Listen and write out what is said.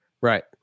Right